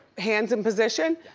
hands in position.